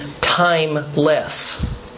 timeless